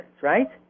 right